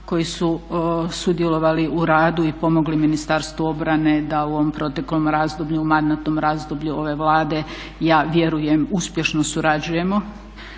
koji su sudjelovali u radu i pomogli Ministarstvu obrane da u ovom proteklom razdoblju, mandatnom razdoblju ove Vlade ja vjerujem uspješno surađujemo.